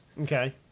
Okay